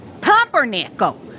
Pumpernickel